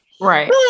right